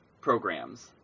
programs